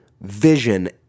vision